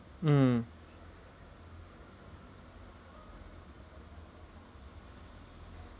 mm